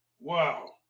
Wow